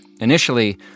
initially